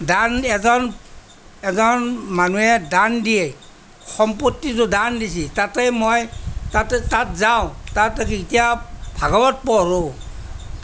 দান এজন এজন মানুহে দান দিয়ে সম্পত্তিটো দান দিছে তাতে মই তাতে তাত যাওঁ তাত তেতিয়া ভাগৱত পঢ়োঁ